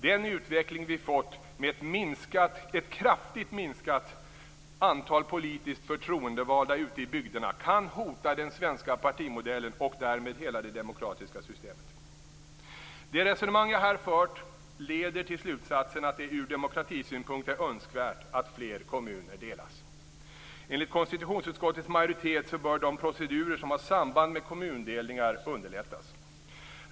Den utveckling vi fått - med ett kraftigt minskat antal politiskt förtroendevalda ute i bygderna - kan hota den svenska partimodellen och därmed hela det demokratiska systemet. Det resonemang jag här fört leder till slutsatsen att det ur demokratisynpunkt är önskvärt att fler kommuner delas. Enligt konstitutionsutskottets majoritet bör de procedurer som har samband med kommundelningar underlättas.